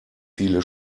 viele